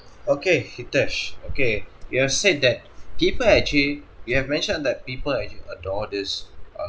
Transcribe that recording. okay hitesh okay you have said that people actually you have mentioned that people actually adore this uh